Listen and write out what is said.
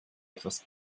etwas